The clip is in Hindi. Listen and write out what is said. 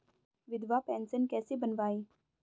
विधवा पेंशन कैसे बनवायें?